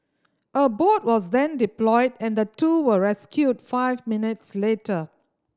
a boat was then deployed and the two were rescued five minutes later